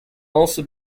also